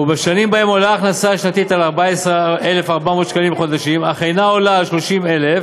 ובשנים שבהן עולה ההכנסה השנתית על 14,400 ש"ח אך אינה עולה על 30,000